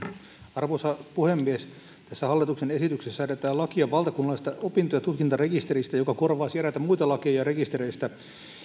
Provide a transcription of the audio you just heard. arvoisa puhemies tässä hallituksen esityksessä säädetään lakia valtakunnallisesta opinto ja tutkintorekisteristä joka korvaisi eräitä muita lakeja rekistereistä